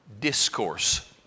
discourse